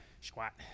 squat